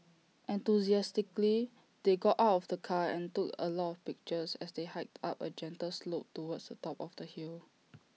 enthusiastically they got out of the car and took A lot of pictures as they hiked up A gentle slope towards the top of the hill